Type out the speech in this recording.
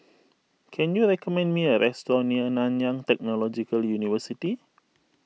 can you recommend me a restaurant near Nanyang Technological University